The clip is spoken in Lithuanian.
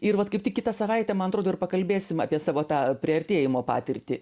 ir vat kaip tik kitą savaitę man atrodo ir pakalbėsim apie savo tą priartėjimo patirtį